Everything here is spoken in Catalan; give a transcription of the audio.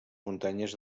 muntanyes